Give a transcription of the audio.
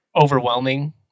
overwhelming